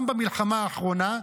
גם במלחמה האחרונה,